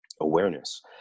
awareness